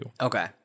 Okay